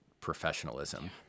professionalism